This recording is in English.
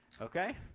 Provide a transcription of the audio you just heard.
okay